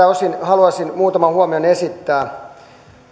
osin haluaisin muutaman huomion esittää